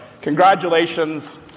congratulations